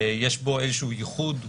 יש בו איזשהו ייחוד,